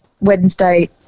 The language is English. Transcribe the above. Wednesday